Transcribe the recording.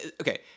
Okay